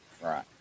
Right